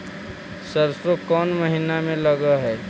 सरसों कोन महिना में लग है?